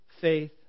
faith